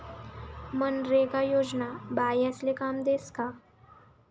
मनरेगा योजना बायास्ले काम देस का?